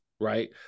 right